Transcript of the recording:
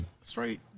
straight